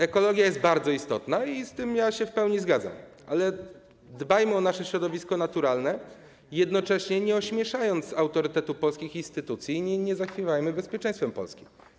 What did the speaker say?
Ekologia jest bardzo istotna i z tym się w pełni zgadzam, ale dbajmy o nasze środowisko naturalne, jednocześnie nie ośmieszając autorytetu polskich instytucji, i nie zachwiewajmy bezpieczeństwem Polski.